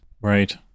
right